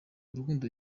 urukundo